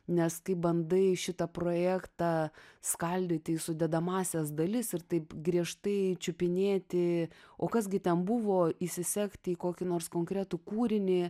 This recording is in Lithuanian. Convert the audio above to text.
nes kai bandai šitą projektą skaldyti į sudedamąsias dalis ir taip griežtai čiupinėti o kas gi ten buvo įsisegti į kokį nors konkretų kūrinį